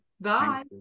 bye